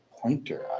Pointer